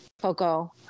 Coco